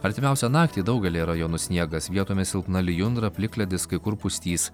artimiausią naktį daugelyje rajonų sniegas vietomis silpna lijundra plikledis kai kur pustys